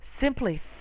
simply